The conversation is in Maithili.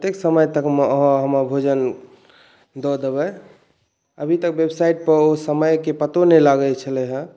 कतेक समय तकमे अहाँ हमर भोजन दऽ देबै अभी तक वेबसाइटपर ओ समयके पतो नहि लागै छलै हँ